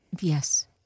Yes